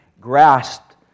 grasped